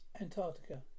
Antarctica